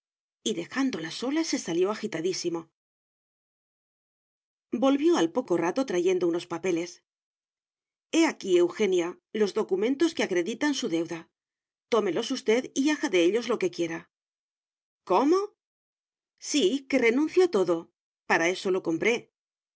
ustedy dejándola sola se salió agitadísimo volvió al poco rato trayendo unos papeles he aquí eugenia los documentos que acreditan su deuda tómelos usted y haga de ellos lo que quiera cómo sí que renuncio a todo para eso lo compré